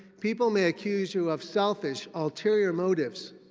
people may accuse you of selfish, ulterior motives.